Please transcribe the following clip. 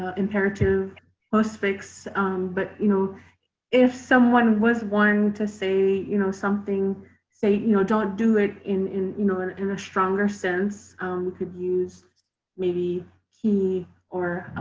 ah imperative postfix but you know if someone was one to say you know something say you know don't do it in in you know, and in a stronger sense we could use maybe ki or